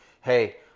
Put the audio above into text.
hey